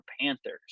Panthers